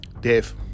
Dave